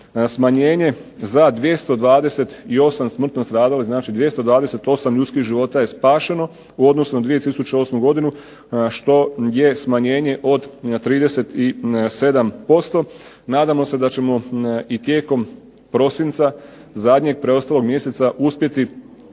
smanjenje za 228 smrtno stradalih, znači 228 ljudskih života je spašeno u odnosu na 2008. godinu, što je smanjenje od 37%. Nadamo se da ćemo i tijekom prosinca zadnjeg preostalog mjeseca uspjeti